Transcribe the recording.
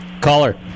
Caller